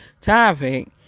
topic